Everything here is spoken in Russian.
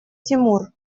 тимур